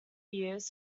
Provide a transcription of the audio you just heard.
years